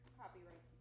copyright